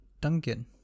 Duncan